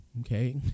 Okay